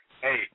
Hey